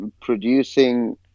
producing